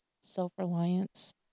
self-reliance